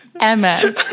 Emma